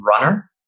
runner